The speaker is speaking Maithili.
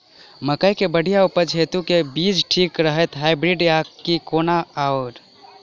मकई केँ बढ़िया उपज हेतु केँ बीज ठीक रहतै, हाइब्रिड आ की कोनो आओर?